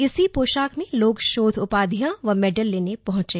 इसी पोशाक में लोग शोध उपाधियां व मेडल लेने पहुंचे